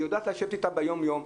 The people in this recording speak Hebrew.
היא יודעת לשבת איתם ביום יום.